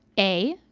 a,